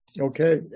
Okay